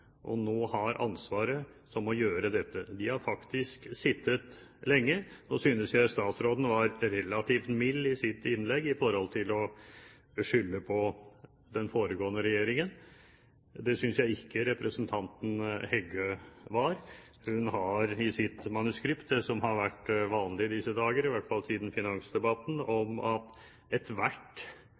og nå har ansvaret, som må gjøre dette. De har faktisk sittet lenge. Nå synes jeg statsråden var relativt mild i sitt innlegg med hensyn til å skylde på den foregående regjeringen. Det synes jeg ikke representanten Heggø var. Hun har i sitt manuskript det som har vært vanlig i disse dager – i hvert fall siden finansdebatten – at ethvert